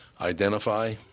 identify